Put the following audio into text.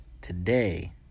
Today